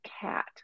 cat